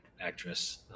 actress